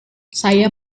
saya